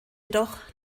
jedoch